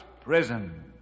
Prison